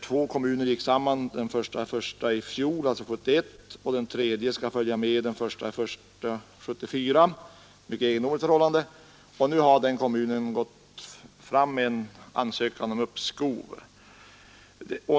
Två kommuner där gick samman den 1 januari, alltså 1971. Den tredje kommunen skall följa efter den 1 januari 1974. Det är ett mycket egendomligt förhållande. Nu har denna senare kommun gått in med en ansökan om uppskov.